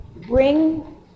bring